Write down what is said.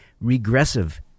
regressive